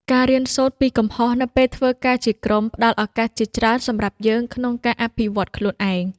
ការរៀនសូត្រពីកំហុសនៅពេលធ្វើការជាក្រុមផ្តល់ឱកាសជាច្រើនសម្រាប់យើងក្នុងការអភិវឌ្ឍខ្លួនឯង។